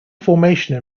formation